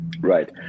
right